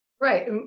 Right